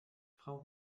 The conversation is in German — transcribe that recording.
frau